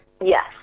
Yes